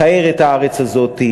לכער את הארץ הזאת,